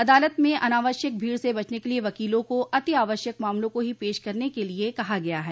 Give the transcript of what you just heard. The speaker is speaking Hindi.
अदालत में अनावश्यक भीड़ से बचने के लिए वकीलो को अतिआवश्यक मामलों को ही पेश करने के लिए कहा गया है